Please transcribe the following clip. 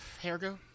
Hairgo